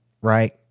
right